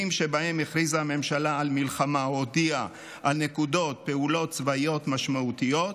שבהם הכריזה הממשלה על מלחמה או הודיעה על נקיטת פעולות צבאיות משמעותיות,